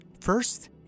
First